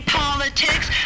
politics